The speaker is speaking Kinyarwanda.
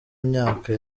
myaka